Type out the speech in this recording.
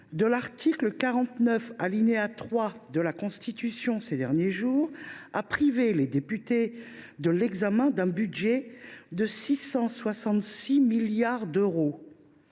de l’article 49, alinéa 3, de la Constitution ces derniers jours a privé les députés de l’examen d’un budget de 666 milliards d’euros.